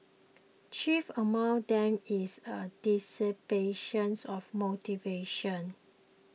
chief among them is a dissipation of motivation